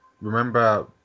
remember